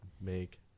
make